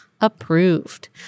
approved